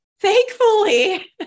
thankfully